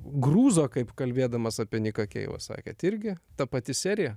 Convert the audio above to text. grūzo kaip kalbėdamas apie niką keivą sakėt irgi ta pati serija